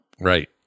Right